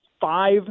five